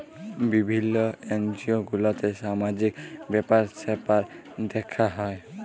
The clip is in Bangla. বিভিল্য এনজিও গুলাতে সামাজিক ব্যাপার স্যাপার দ্যেখা হ্যয়